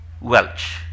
Welch